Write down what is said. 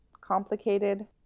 complicated